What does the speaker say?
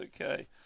okay